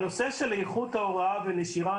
הנושא של איכות ההוראה ונשירה,